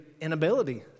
inability